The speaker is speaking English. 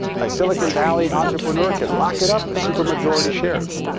a silicon valley entrepreneur could lock it up with super majority shares.